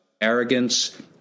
arrogance